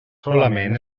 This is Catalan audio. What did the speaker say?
solament